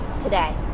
today